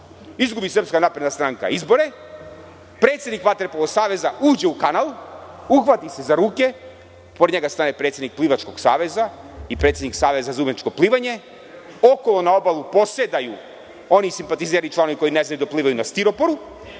Izgubi SNS izbore, predsednik vaterpolo saveza uđe u kanal, uhvati se za ruke, pored njega stane predsednik plivačkog saveza i predsednik saveza za umetničko plivanje, okolo na obalu posedaju oni simpatizeri, članovi koji ne znaju da plivaju na stiroporu